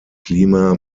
klima